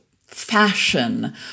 fashion